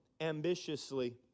ambitiously